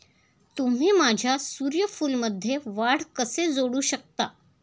तुम्ही माझ्या सूर्यफूलमध्ये वाढ कसे जोडू शकता?